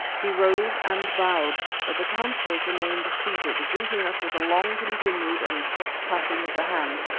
he rose and bowed, but the councillors remained seated, greeting us with a long-continued and soft clapping of the hands,